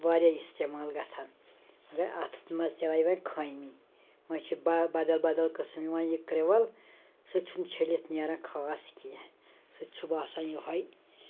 واریاہ استعمال گَژھان مگر اتھ منٛز تہِ آے وَنہِ خٲمی وَنہِ چھِ بدل بدل قٕسٕم یِوان یہِ کِرٛول سُہ چھُنہٕ چھٔلِتھ نیران خاص کیٚنٛہہ سُہ تہِ چھُ باسان یِہوٚے